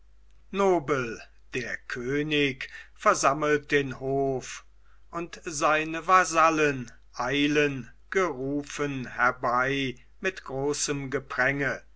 nobel der könig versammelt den hof und seine vasallen eilen gerufen herbei mit großem gepränge